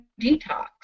detox